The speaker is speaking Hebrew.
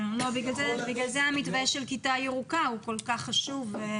לכן המתווה של כיתה ירוקה הוא כל כך חשוב.